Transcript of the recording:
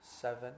seven